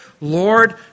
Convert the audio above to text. Lord